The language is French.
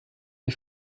des